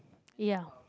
ya